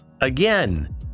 Again